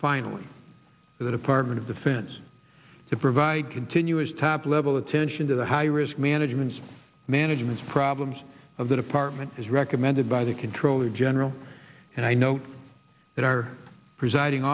finally the department of defense to provide continuous top level attention to the high risk management management's problems of the department as recommended by the controller general and i note that our presiding